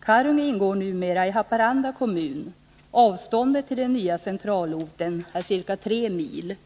Karungi ingår numera i Haparanda kommun. Avståndet till den nya centralorten är ca 3 mil.